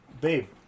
Babe